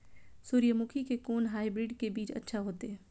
सूर्यमुखी के कोन हाइब्रिड के बीज अच्छा होते?